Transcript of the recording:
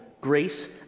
grace